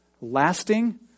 lasting